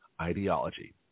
ideology